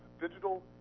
digital